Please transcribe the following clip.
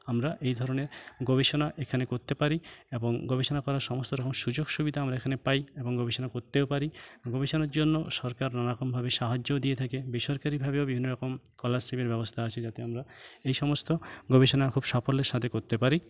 আমরা এই ধরনের গবেষণা এখানে করতে পারি এবং গবেষণা করার সমস্ত রকম সুযোগ সুবিধা আমরা এখানে পাই এবং গবেষণা করতেও পারি গবেষণার জন্য সরকার নানারকমভাবে সাহায্যও দিয়ে থাকে বেসরকারিভাবেও বিভিন্ন রকম স্কলারশিপের ব্যবস্থা আছে যাতে আমরা এই সমস্ত গবেষণা খুব সাফল্যের সাথে করতে পারি